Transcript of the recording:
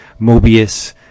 Mobius